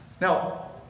Now